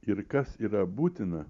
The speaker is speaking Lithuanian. ir kas yra būtina